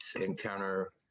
encounter